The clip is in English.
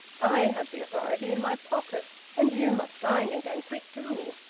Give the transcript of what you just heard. i have the authority in my pocket and you must sign it, and quick too!